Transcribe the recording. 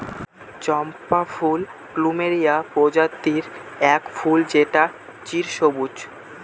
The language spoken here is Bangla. চম্পা ফুল প্লুমেরিয়া প্রজাতির এক ফুল যেটা চিরসবুজ